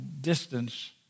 distance